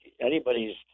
anybody's